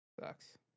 Sucks